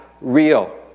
real